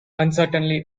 uncertainly